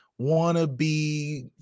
Wannabe